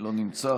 לא נמצא,